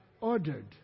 Ordered